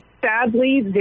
Sadly